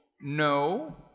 no